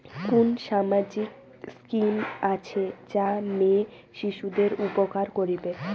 কুন সামাজিক স্কিম আছে যা মেয়ে শিশুদের উপকার করিবে?